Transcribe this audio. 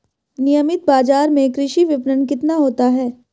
नियमित बाज़ार में कृषि विपणन कितना होता है?